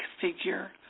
figure